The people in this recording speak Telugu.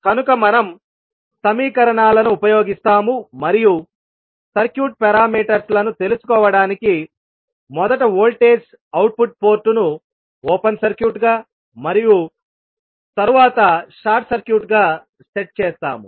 కనుక మనం సమీకరణాలను ఉపయోగిస్తాము మరియు సర్క్యూట్ పారామీటర్స్ లను తెలుసుకోవడానికి మొదట వోల్టేజ్ అవుట్పుట్ పోర్టును ఓపెన్ సర్క్యూట్ గా మరియు తరువాత షార్ట్ సర్క్యూట్ గా సెట్ చేస్తాము